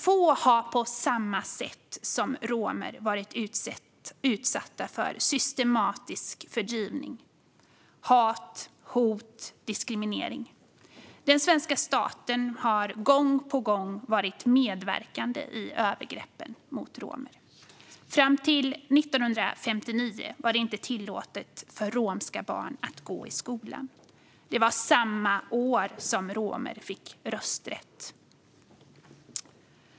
Få har på samma sätt som romer varit utsatta för systematisk fördrivning, hat, hot och diskriminering. Den svenska staten har gång på gång varit medverkande i övergreppen mot romer. Fram till 1959 var det inte tillåtet för romska barn att gå i skola. Det var samma år som romer fick rösträtt.